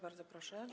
Bardzo proszę.